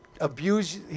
abuse